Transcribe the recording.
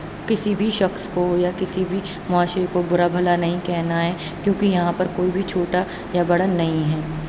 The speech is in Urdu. کسی بھی شخص کو یا کسی بھی معاشرے کو بُرا بھلا نہیں کہنا ہے کیونکہ یہاں پر کوئی بھی چھوٹا یا بڑا نہیں ہے